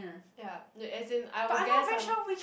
ya no as in I will guess some